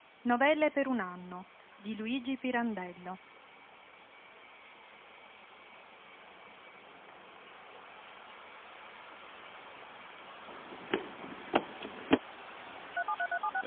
novelle per un anno di luigi pirandello